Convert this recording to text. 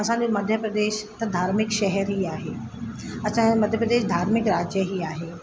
असांजो मध्य प्रदेश त धार्मिक शहरु ई आहे असांजो मध्य प्रदेश धार्मिक राज्य ई आहे